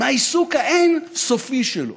מהעיסוק האין-סופי שלו